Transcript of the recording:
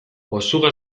osuga